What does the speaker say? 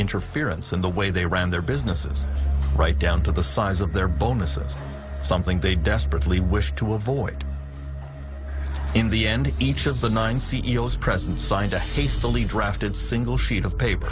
interference in the way they ran their businesses right down to the size of their bonuses something they desperately wish to avoid in the end each of the nine c e o s president signed a hastily drafted single sheet of paper